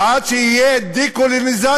ועד שתהיה דה-קולוניזציה